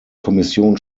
kommission